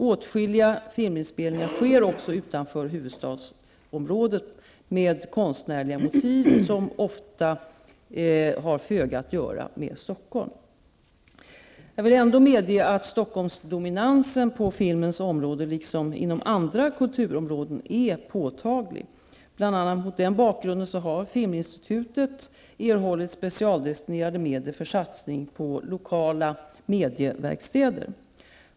Åtskilliga filminspelningar sker också utanför huvudstadsområdet, med konstnärliga motiv som ofta har föga att göra med Jag vill ändå medge att Stockholmsdominansen -- på filmens område liksom inom andra kulturområden -- är påtaglig. Bl.a. mot denna bakgrund har Filminstitutet erhållit specialdestinerade medel för satsning på lokala medieverkstäder.